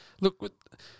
Look